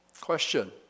Question